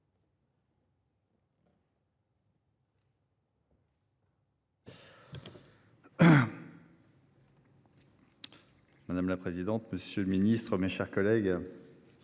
Madame la présidente, monsieur le ministre, mes chers collègues,